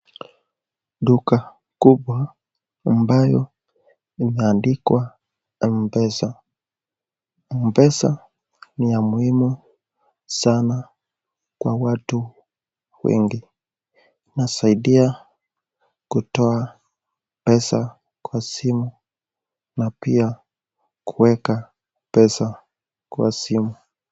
Duka kubwa ambayo imeandikwa Mpesa. Mpesa ni ya muhimu sana kwa watu wengi. Inasaidia kutoa pesa kwa simu na pia kuweka pesa kwa simu.